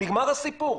נגמר הסיפור.